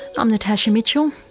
i'm natasha mitchell,